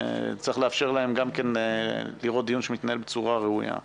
וצריך לאפשר להם גם כן לראות דיון שמתנהל בצורה ראויה.